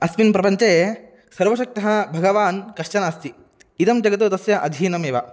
अस्मिन् प्रपञ्चे सर्वशक्तः भगवान् कश्चन अस्ति इदं जगत् तस्य अधीनमेव